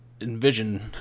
envision